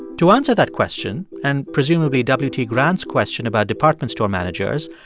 to answer that question and, presumably, w t. grant's question about department store managers,